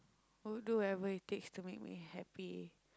will do whatever it takes to make me happy